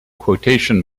quotation